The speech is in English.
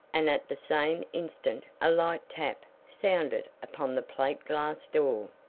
and at the same instant a light tap sounded upon the plate-glass door.